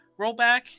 rollback